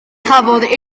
chafodd